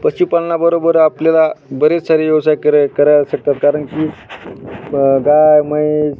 पशुपालनाबरोबर आपल्याला बरेच सारे व्यवसाय करे करू शकतात कारण की गाय म्हैस